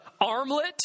armlet